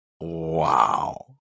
Wow